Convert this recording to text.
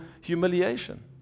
humiliation